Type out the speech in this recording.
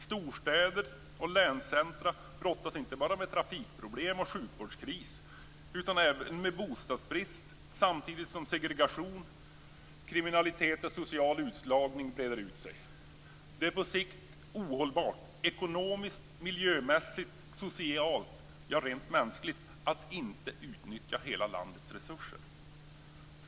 Storstäder och länscentrum brottas inte bara med trafikproblem och sjukvårdskris utan även med bostadsbrist, samtidigt som segregation, kriminalitet och social utslagning breder ut sig. På sikt är det ekonomiskt, miljömässigt och socialt - ja, rent mänskligt - ohållbart att inte utnyttja hela landets resurser.